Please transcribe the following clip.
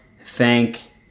thank